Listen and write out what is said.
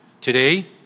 today